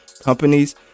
companies